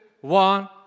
one